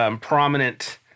prominent